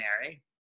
Mary